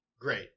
Great